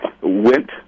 went